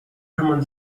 kümmern